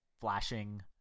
flashing